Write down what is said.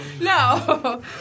No